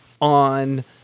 on